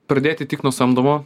pradėti tik nuo samdomo